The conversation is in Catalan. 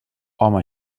home